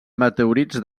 meteorits